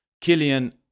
Killian